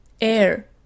Air